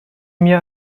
mir